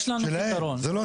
שלהם.